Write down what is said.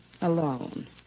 Alone